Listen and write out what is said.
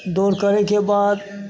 दौड़ करैके बाद